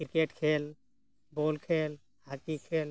cricket ᱠᱷᱮᱞ ball ᱠᱷᱮᱞ hockey ᱠᱷᱮᱞ